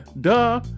Duh